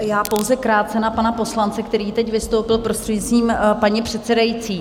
Já pouze krátce na pana poslance, který teď vystoupil, prostřednictvím paní předsedající.